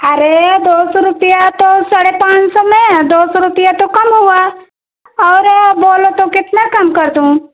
अरे दो सौ रुपया तो साढ़े पाँच सौ में दो सौ रुपया तो कम हुआ और यह बोलो तो कितना कम कर दूँ